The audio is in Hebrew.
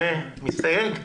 מסתייג?